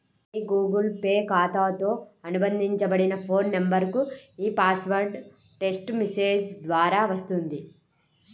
మీ Google Pay ఖాతాతో అనుబంధించబడిన phone నంబర్కు ఈ పాస్వర్డ్ టెక్ట్స్ మెసేజ్ ద్వారా వస్తుంది